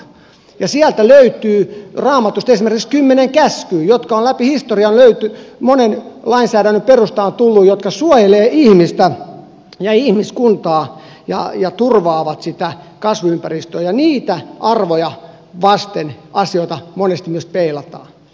ja sieltä raamatusta löytyy esimerkiksi kymmenen käskyä jotka ovat läpi historian monen lainsäädännön perustaan tulleet jotka suojelevat ihmistä ja ihmiskuntaa ja turvaavat kasvuympäristöä ja niitä arvoja vasten asioita monesti myös peilataan